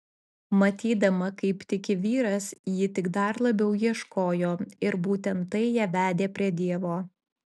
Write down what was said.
matydama kaip tiki vyras ji tik dar labiau ieškojo ir būtent tai ją atvedė prie dievo